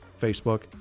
Facebook